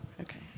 Okay